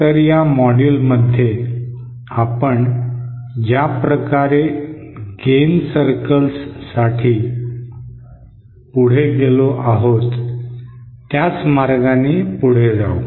तर या मॉड्यूलमध्ये आपण ज्या प्रकारे गेन सर्कल्ससाठी पुढे गेलो आहोत त्याच मार्गाने आपण पुढे जाऊ